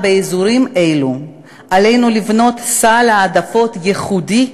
באזורים אלו עלינו לבנות סל העדפות ייחודי,